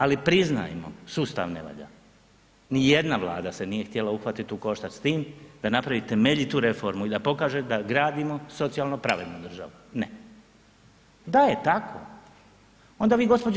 Ali priznajmo, sustav ne valja, nijedna Vlada se nije htjela uhvatit u koštac s tim da napravi temeljitu reformu i da pokaže da gradimo socijalno pravednu državu, ne, da je tako onda vi gđo.